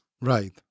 Right